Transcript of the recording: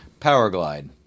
Powerglide